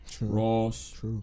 Ross